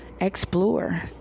explore